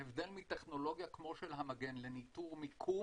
בהבדל מטכנולוגיה כמו של המגן לניטור מיקום,